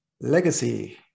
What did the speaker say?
Legacy